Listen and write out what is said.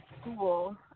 school